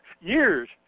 years